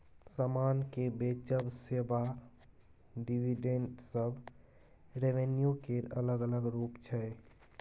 समान केँ बेचब, सेबा, डिविडेंड सब रेवेन्यू केर अलग अलग रुप छै